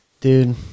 Dude